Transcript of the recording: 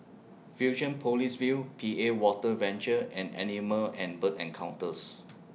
Fusionopolis View P A Water Venture and Animal and Bird Encounters